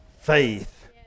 faith